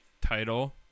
title